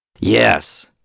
Yes